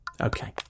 Okay